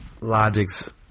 Logic's